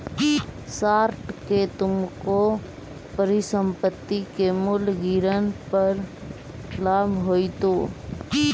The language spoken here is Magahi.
शॉर्ट में तुमको परिसंपत्ति के मूल्य गिरन पर लाभ होईतो